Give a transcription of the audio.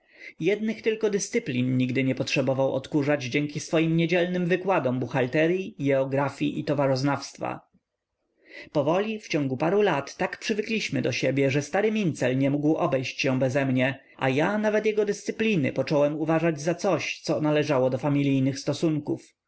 jednych tylko dyscyplin nigdy nie potrzebował okurzać dzięki swoim niedzielnym wykładom buchalteryi jeografii i towaroznawstwa powoli w ciągu paru lat tak przywykliśmy do siebie że stary mincel nie mógł obejść się bezemnie a ja nawet jego dyscypliny począłem uważać za coś co należało do familijnych stosunków